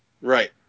Right